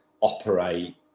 operate